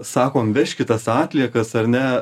sakom vežkit tas atliekas ar ne